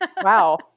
Wow